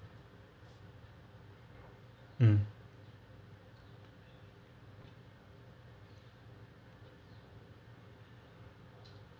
mm